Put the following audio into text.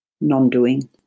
non-doing